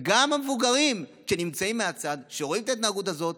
גם המבוגרים שנמצאים בצד ורואים את ההתנהגות הזאת